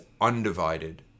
undivided